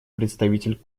представитель